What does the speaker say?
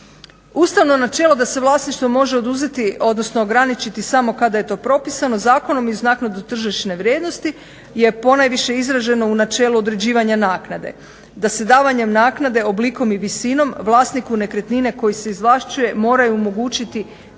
Ustavno načelo da se vlasništvo može oduzeti, odnosno ograničiti samo kada je to propisano zakonom i uz naknadu tržišne vrijednosti je ponajviše izraženo u načelu određivanja naknade da se davanjem naknade oblikom i visinom vlasniku nekretnine koju se izvlašćuje moraju omogućiti